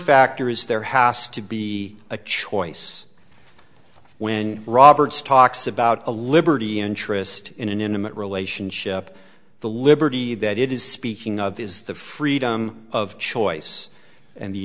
factor is there has to be a choice when roberts talks about a liberty interest in an intimate relationship the liberty that it is speaking of is the freedom of choice and the